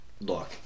look